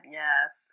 yes